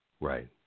Right